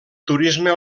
turisme